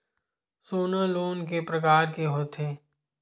सोना लोन के प्रकार के होथे?